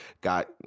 Got